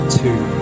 two